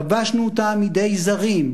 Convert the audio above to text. כבשנו אותה מידי זרים,